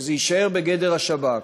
שזה יישאר בגדר השב"כ,